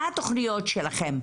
מה התוכניות שלכם?